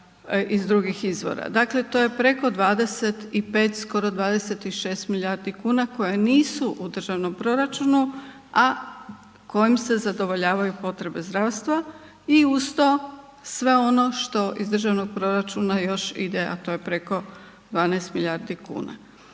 iz drugih izvora. Dakle, to je preko 25 skoro 26 milijardi kuna koje nisu u državnom proračunu, a kojim se zadovoljavaju potrebe zdravstva i uz to sve ono što iz državnog proračuna još ide, a to je preko 12 milijardi kuna.